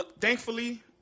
thankfully